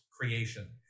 creation